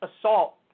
assault